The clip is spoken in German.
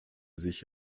sich